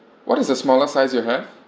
what is the smaller size you have